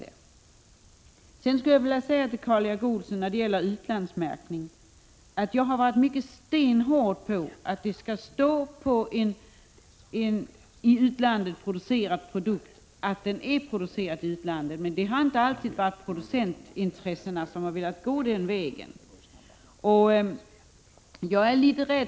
Beträffande utlandsmärkningen vill jag till Karl Erik Olsson säga att jag har varit stenhård när det gäller att det på en i utlandet producerad produkt skall stå att den är producerad i utlandet. Men producentintressena har inte alltid velat gå denna väg.